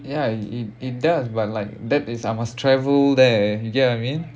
ya it it does but like that is I must travel there you get what I mean